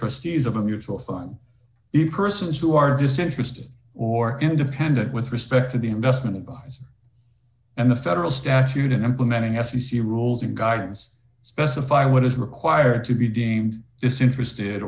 trustees of a mutual fund persons who are disinterested or independent with respect to the investment advisor and the federal statute in implementing s e c rules and guidance specify what is required to be deemed disinterested